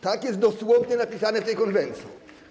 Tak jest dosłownie napisane w tej konwencji.